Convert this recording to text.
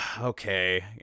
okay